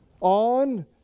on